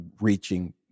reaching